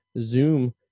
Zoom